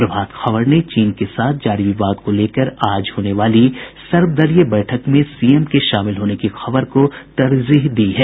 प्रभात खबर ने चीन के साथ जारी विवाद को लेकर आज होने वाली सर्वदलीय बैठक में सीएम के शामिल होने की खबर को तरजीह दी है